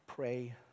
Pray